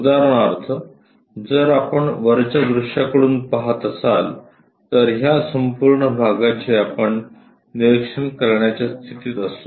उदाहरणार्थ जर आपण वरच्या दृश्याकडून पहात असाल तर ह्या संपूर्ण भागाचे आपण निरीक्षण करण्याच्या स्थितीत असू